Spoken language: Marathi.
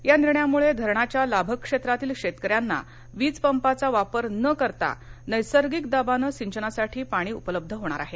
या निर्णयामुळे धरणाच्या लाभ क्षेत्रातील शेतकऱ्यांना वीज पंपाचा वापर न करता नैसर्गिक दाबाने सिंचनासाठी पाणी उपलब्ध होणार आहे